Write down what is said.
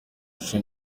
ishusho